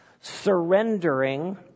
surrendering